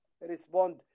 respond